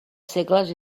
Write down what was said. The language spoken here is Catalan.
segles